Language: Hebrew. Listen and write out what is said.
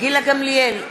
גילה גמליאל,